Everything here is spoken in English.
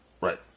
Right